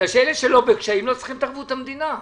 אלה שלא בקשיים לא צריכים את ערבות המדינה.